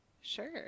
Sure